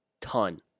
Ton